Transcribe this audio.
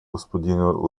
господину